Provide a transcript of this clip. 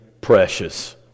precious